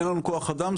אין לנו כוח אדם,